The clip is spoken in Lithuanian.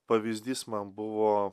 pavyzdys man buvo